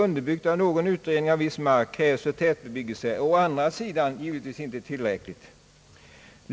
underbyggt av någon utredning att viss mark krävs för tätbebyggelse är å andra sidan givetvis inte tillräckligt.